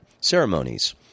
ceremonies